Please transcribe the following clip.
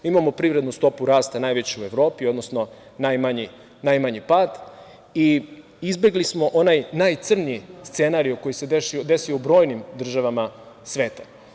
Imamo privrednu stopu rasta najveću u Evropi, odnosno najmanji pad i izbegli smo onaj najcrnji scenario koji se desio u brojnim državama sveta.